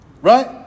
Right